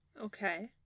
Okay